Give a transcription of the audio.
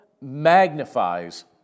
magnifies